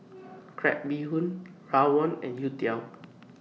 Crab Bee Hoon Rawon and Youtiao